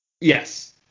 Yes